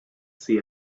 see